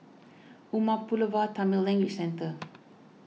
Umar Pulavar Tamil Language Centre